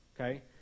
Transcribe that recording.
okay